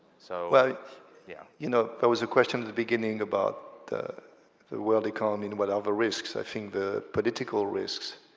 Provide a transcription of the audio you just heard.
so yeah you know, there was a question at the beginning about the the world economy and what are the risks. i think the political risks